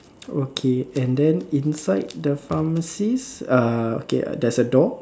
okay and then inside the pharmacies uh okay there's a door